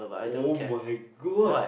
oh my god